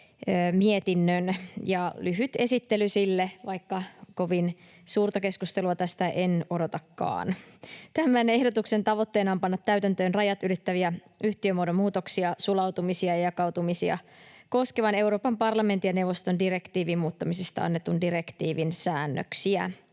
mietinnön, ja lyhyt esittely sille, vaikka kovin suurta keskustelua tästä en odotakaan: Tämän ehdotuksen tavoitteena on panna täytäntöön rajat ylittäviä yhtiömuodon muutoksia, sulautumisia ja jakautumisia koskevan Euroopan parlamentin ja neuvoston direktiivin muuttamisesta annetun direktiivin säännöksiä.